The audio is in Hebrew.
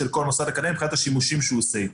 כל מוסד אקדמי מבחינת השימושים שהוא עושה איתם.